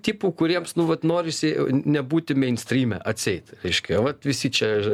tipų kuriems nu vat norisi nebūti meinstryme atseit reiškia vat visi čia